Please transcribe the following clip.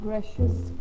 Precious